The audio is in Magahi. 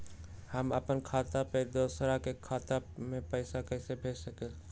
हम अपने खाता से दोसर के खाता में पैसा कइसे भेजबै?